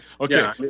Okay